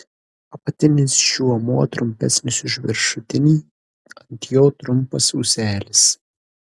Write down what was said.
apatinis žiomuo trumpesnis už viršutinį ant jo trumpas ūselis